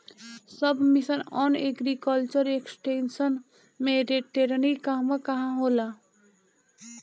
सब mission on agriculture extension मै टेरेनीं कहवा कहा होला?